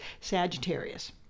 Sagittarius